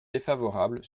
défavorable